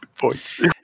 points